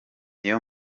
niyo